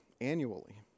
annually